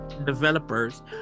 Developers